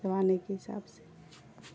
زمانے کے حساب سے